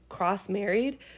cross-married